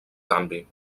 canvi